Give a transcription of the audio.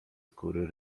skóry